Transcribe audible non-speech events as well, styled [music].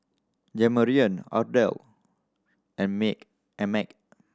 Jamarion Ardell and [unintelligible] and Meg